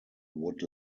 would